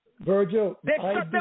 Virgil